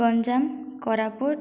Ganjam Koraput